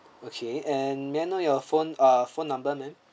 okay and may I know your phone ah phone number ma'am